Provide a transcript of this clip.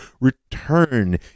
return